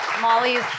Molly's